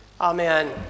amen